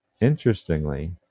interestingly